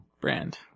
Brand